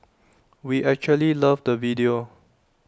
we actually loved the video